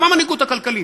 גם המנהיגות הכלכלית,